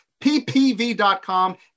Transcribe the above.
ppv.com